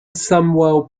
samuel